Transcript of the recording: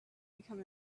become